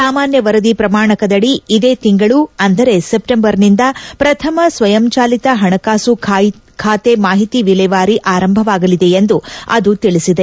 ಸಾಮಾನ್ಯ ವರದಿ ಪ್ರಮಾಣಕದಡಿ ಇದೇ ತಿಂಗಳು ಅಂದರೆ ಸೆಪ್ಲೆಂಬರ್ನಿಂದ ಪ್ರಥಮ ಸ್ವಯಂಚಾಲಿತ ಹಣಕಾಸು ಖಾತೆ ಮಾಹಿತಿ ವಿಲೇವಾರಿ ಆರಂಭವಾಗಲಿದೆ ಎಂದು ಅದು ತಿಳಿಸಿದೆ